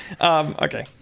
Okay